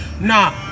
Nah